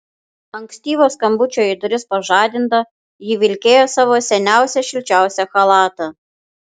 ankstyvo skambučio į duris pažadinta ji vilkėjo savo seniausią šilčiausią chalatą